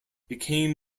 became